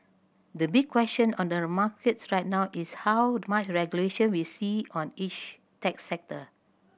the big question on the markets right now is how much regulation we see on each tech sector